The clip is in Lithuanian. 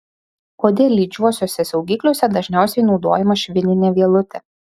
kodėl lydžiuosiuose saugikliuose dažniausiai naudojama švininė vielutė